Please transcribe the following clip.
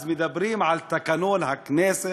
אז מדברים על תקנון הכנסת?